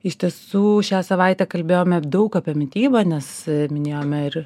iš tiesų šią savaitę kalbėjome daug apie mitybą nes minėjome ir